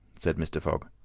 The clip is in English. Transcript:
said mr. fogg.